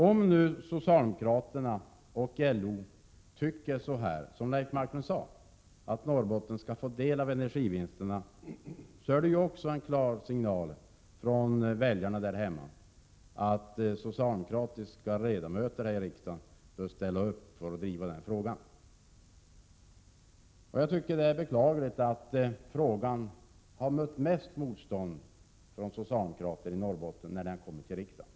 Om socialdemokraterna och LO har den uppfattning som Leif Marklund här har gett utryck för, nämligen att Norrbotten skall få del av energivinsten, är det en klar signal från väljarna där hemma om att de socialdemokratiska ledamöterna här i riksdagen bör driva frågan i nämnda riktning. Men det är beklagligt att frågan har mött det största motståndet bland Norrbottens socialdemokrater när den har tagits upp här i riksdagen.